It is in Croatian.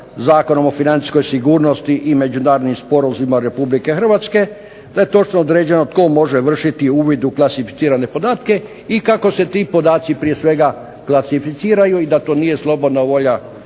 Zakonom o financijskoj sigurnosti i međunarodnim sporazumima Republike Hrvatske, da je točno određeno tko može vršiti uvid u klasificirane podatke, i kako se ti podaci prije svega klasificiraju, i da to nije slobodna volja